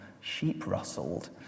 sheep-rustled